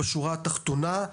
בשורה התחתונה,